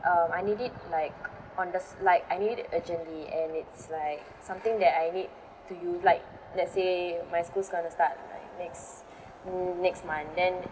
um I need it like on the s~ like I need it urgently and it's like something that I need to use like let's say my school's gonna start like next next month then